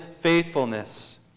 faithfulness